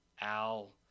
Al